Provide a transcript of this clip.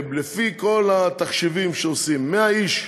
לפי כל התחשיבים שעושים, 100 איש,